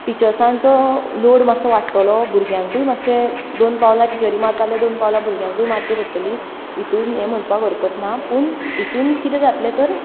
टिचर्सांचो लॉड मातसो वाडटलो भुरग्यांकूय मातशे दोन पावलां टिचरी मारता जाल्यार दोन पावलां भुरग्यांकूय मारचीं पडटलीं हितून हें म्हणपाक हकरत ना पूण हितून कितें जातलें तर